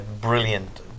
brilliant